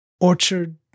orchard